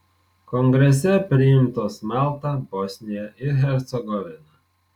kongrese priimtos malta bosnija ir hercegovina